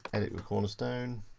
edit with cornerstone.